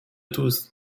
tooth